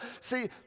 See